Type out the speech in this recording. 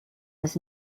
was